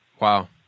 Wow